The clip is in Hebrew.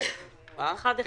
תודה.